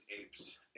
apes